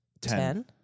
Ten